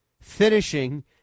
finishing